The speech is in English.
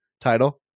title